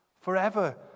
forever